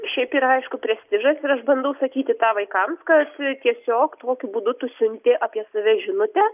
šiaip yra aišku prestižas ir aš bandau sakyti tą vaikams kad tiesiog tokiu būdu tu siunti apie save žinutę